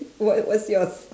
what what's yours